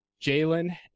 Jalen